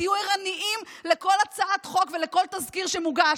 תהיו ערניים לכל הצעת חוק ולכל תזכיר שמוגש.